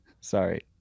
Sorry